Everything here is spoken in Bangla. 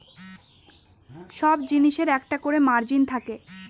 সব জিনিসের একটা করে মার্জিন থাকে